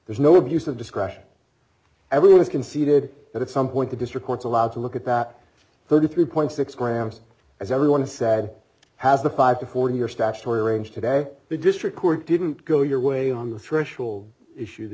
there's no abuse of discretion everyone is conceded that at some point the district courts allowed to look at that thirty three six grams as everyone said has the five to forty year statutory range today the district court didn't go your way on the threshold issue the